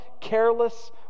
careless